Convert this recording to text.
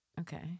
Okay